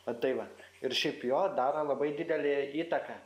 va tai va ir šiaip jo daro labai didelę įtaką